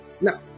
Now